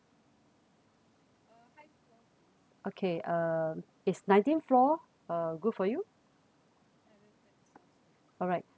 okay uh is nineteenth floor uh good for you alright